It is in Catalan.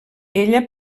ella